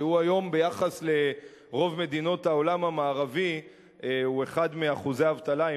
שהיום ביחס לרוב מדינות העולם המערבי הוא אחד משיעורי האבטלה,